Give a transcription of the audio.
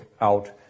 out